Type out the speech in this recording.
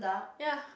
ya